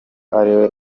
ariwe